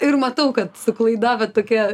ir matau kad su klaida bet tokia